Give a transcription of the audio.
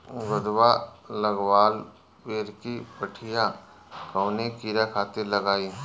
गोदवा लगवाल पियरकि पठिया कवने कीड़ा खातिर लगाई?